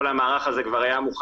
כל המערך הזה היה כבר מוכן,